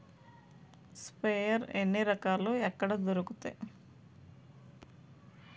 Sprayer ఎన్ని రకాలు? ఎక్కడ దొరుకుతాయి?